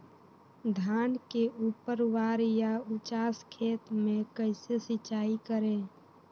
धान के ऊपरवार या उचास खेत मे कैसे सिंचाई करें?